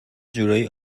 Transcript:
جورایی